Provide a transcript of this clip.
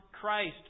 Christ